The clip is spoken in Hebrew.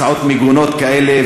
הצעות מגונות כאלה,